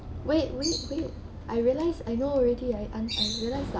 wait wait wait I realised I know already I ans~ I realised the